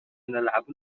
نلعب